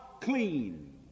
clean